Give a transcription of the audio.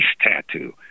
tattoo